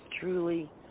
truly